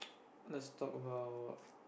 let's talk about